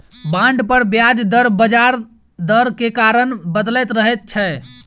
bond पर ब्याज दर बजार दर के कारण बदलैत रहै छै